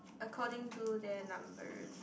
according to their numbers